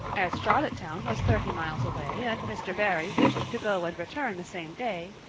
as charlottetown was thirty miles away and mr. barry wished to go and return the same day,